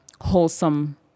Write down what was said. wholesome